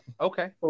Okay